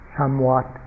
somewhat